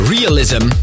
Realism